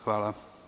Hvala.